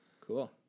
cool